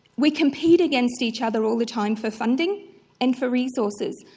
we compete against each other all the time for funding and for resources.